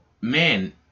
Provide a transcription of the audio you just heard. man